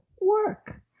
work